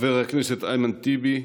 חבר הכנסת אחמד טיבי,